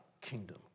kingdom